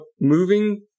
moving